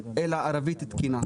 אלא ערבית תקינה.